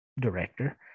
Director